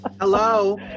Hello